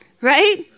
right